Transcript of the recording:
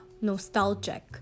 Nostalgic